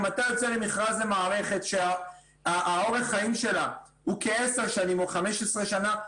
אם אתה יוצא למכרז למערכת שאורך החיים שלה הוא כעשר שנים או 15 שנים,